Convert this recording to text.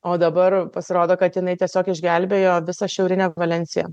o dabar pasirodo kad jinai tiesiog išgelbėjo visą šiaurinę valensiją